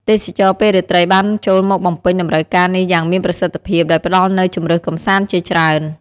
ទេសចរណ៍ពេលរាត្រីបានចូលមកបំពេញតម្រូវការនេះយ៉ាងមានប្រសិទ្ធភាព ដោយផ្ដល់នូវជម្រើសកម្សាន្តជាច្រើន។